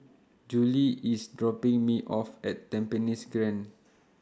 Julie IS dropping Me off At Tampines Grande